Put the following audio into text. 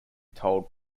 told